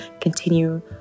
continue